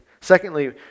secondly